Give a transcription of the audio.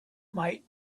might